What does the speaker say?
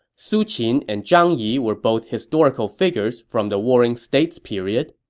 su qin and zhang yi were both historical figures from the warring states period.